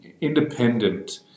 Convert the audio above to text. independent